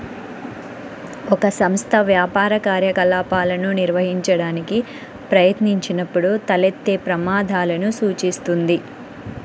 ఒక సంస్థ వ్యాపార కార్యకలాపాలను నిర్వహించడానికి ప్రయత్నించినప్పుడు తలెత్తే ప్రమాదాలను సూచిస్తుంది